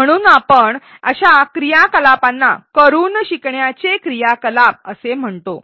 म्हणून आपण अशा क्रियाकलापाना 'करून शिकण्याचे' क्रियाकलाप असे म्हणतो